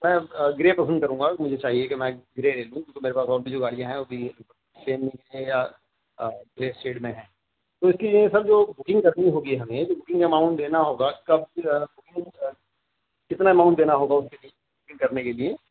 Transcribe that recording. میں گرے پسند کروں گا مجھے چاہیے کہ میں گرے لوں کیونکہ میرے پاس اور بھی جو گاڑیاں ہیں ابھی گرے شیڈ میں ہیں تو اس کے لیے سر جو بکنگ کرنی ہوگی ہمیں جو بکنگ اماؤنٹ دینا ہوگا کب کتنا اماؤنٹ دینا ہوگا اس کے لیے بکنگ کرنے کے لیے